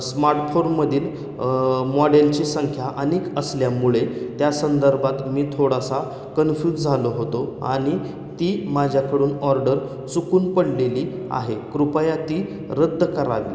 स्मार्टफोनमधील मॉड्येलची संख्या अनेक असल्यामुळे त्या संदर्भात मी थोडासा कन्फ्यूज झालो होतो आणि ती माझ्याकडून ऑर्डर चुकून पडलेली आहे कृपया ती रद्द करावी